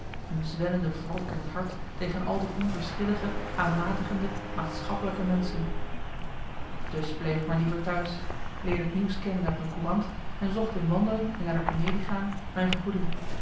een zwellende wrok in t hart tegen al die onverschillige aanmatigende maatschappelijke menschen dus bleef ik maar liever t'huis leerde het nieuws kennen uit mijn courant en zocht in wandelen en naar de comedie gaan mijn vergoeding